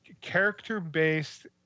character-based